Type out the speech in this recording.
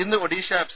ഇന്ന് ഒഡിഷ എഫ്